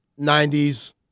90s